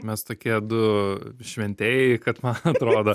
mes tokie du šventėjai kad man atrodo